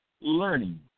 Learning